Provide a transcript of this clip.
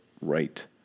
right